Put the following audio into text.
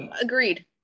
Agreed